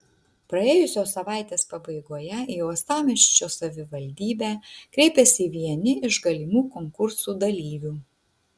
praėjusios savaitės pabaigoje į uostamiesčio savivaldybę kreipėsi vieni iš galimų konkursų dalyvių